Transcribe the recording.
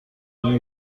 گروهی